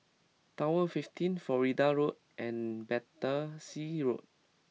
Tower Fifteen Florida Road and Battersea Road